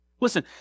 Listen